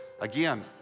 Again